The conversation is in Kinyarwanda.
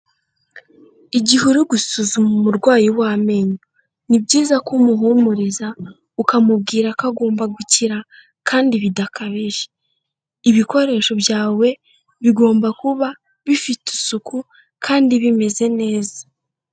Igihe uri gusuzuma umurwayi w'amenyo ni byiza ko umuhumuriza ukamubwira ko agomba gukira kandi bidakabije, ibikoresho byawe bigomba kuba bifite isuku kandi bimeze neza.